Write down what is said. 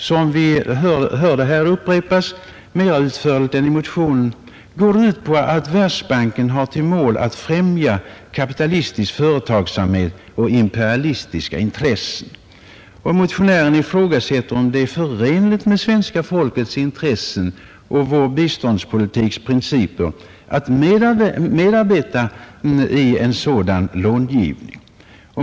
Som vi hörde här mera utförligt beskrivet än i motionen går kritiken ut på att Världsbanken har till mål att främja kapitalistisk företagsamhet och imperialistiska intressen. Motionären ifrågasätter om det är förenligt med svenska folkets intressen och vår biståndspolitiks principer att medverka i en sådan långivning.